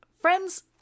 friends